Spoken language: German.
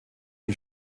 die